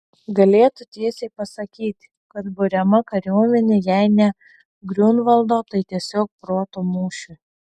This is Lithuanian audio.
galėtų tiesiai pasakyti kad buriama kariuomenė jei ne griunvaldo tai tiesiog proto mūšiui